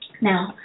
Now